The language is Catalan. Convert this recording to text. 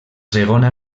segona